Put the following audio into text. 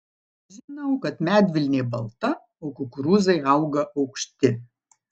žinau kad medvilnė balta o kukurūzai auga aukšti